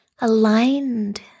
Aligned